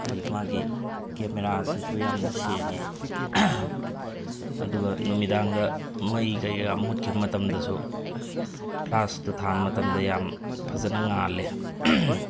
ꯀꯔꯤ ꯃꯥꯒꯤ ꯀꯦꯃꯦꯔꯥꯁꯤꯁꯨ ꯌꯥꯝꯅ ꯁꯦꯡꯉꯦ ꯑꯗꯨꯒ ꯅꯨꯃꯤꯗꯥꯡꯗ ꯃꯩ ꯀꯩꯀꯥ ꯃꯨꯠꯈꯤꯕ ꯃꯇꯝꯗꯁꯨ ꯐ꯭ꯂꯥꯁꯇꯣ ꯊꯥꯟꯕ ꯃꯇꯝꯗ ꯌꯥꯝ ꯐꯖꯅ ꯉꯥꯜꯂꯦ